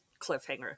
cliffhanger